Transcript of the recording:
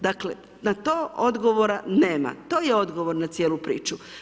Dakle, na to odgovora nema, to je odgovor na cijelu priču.